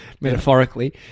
metaphorically